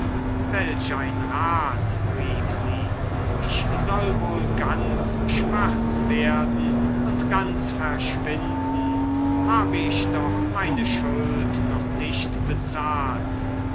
welch ein rat rief sie ich soll wohl ganz schwarz werden und ganz verschwinden habe ich doch meine schuld noch nicht bezahlt